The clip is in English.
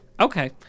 Okay